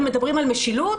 הם מדברים על משילות,